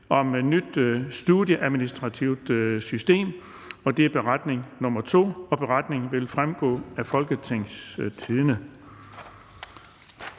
om nyt studieadministrativt system. (Beretning nr. 2). Beretningen vil fremgå af www.folketingstidende.dk.